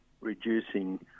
reducing